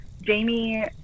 Jamie